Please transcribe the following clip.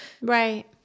Right